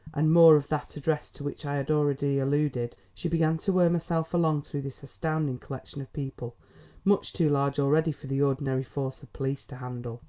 and more of that address to which i have already alluded, she began to worm herself along through this astounding collection of people much too large already for the ordinary force of police to handle,